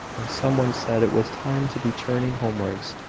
and some one said it was time to be turning homewards,